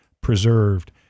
preserved